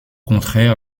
contraire